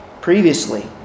previously